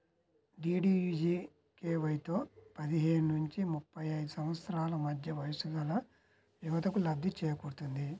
డీడీయూజీకేవైతో పదిహేను నుంచి ముప్పై ఐదు సంవత్సరాల మధ్య వయస్సుగల యువతకు లబ్ధి చేకూరుతుంది